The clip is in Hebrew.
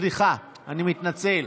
סליחה, אני מתנצל.